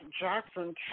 Jackson